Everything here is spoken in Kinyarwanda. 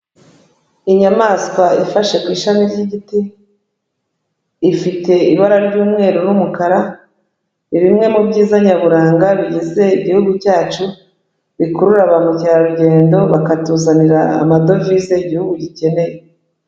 Inyamaswa ifashe ku ishami ry'igiti, ifite ibara ry'umweru n'umukara, ni bimwe mu byiza nyaburanga bigize igihugu cyacu, bikurura ba mukerarugendo bakatuzanira amadovize Igihugu gikeneye.